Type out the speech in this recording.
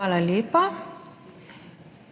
Hvala lepa.